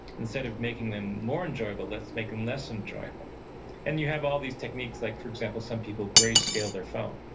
instead of making them more enjoyable it's making less than dribble and you have all these techniques like for example some people gray scale their phone.